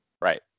right